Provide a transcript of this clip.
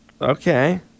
Okay